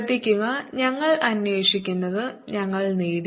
ശ്രദ്ധിക്കുക ഞങ്ങൾ അന്വേഷിക്കുന്നത് ഞങ്ങൾ നേടി